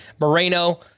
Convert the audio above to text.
Moreno